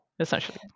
Essentially